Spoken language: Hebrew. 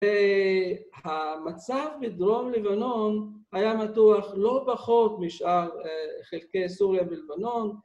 המצב בדרום לבנון היה מתוח לא פחות משאר חלקי סוריה בלבנון